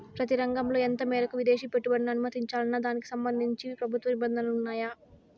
ప్రతి రంగంలో ఎంత మేరకు విదేశీ పెట్టుబడులను అనుమతించాలన్న దానికి సంబంధించి ప్రభుత్వ నిబంధనలు ఉన్నాయా?